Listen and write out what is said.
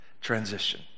transition